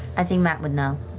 i think matt would know.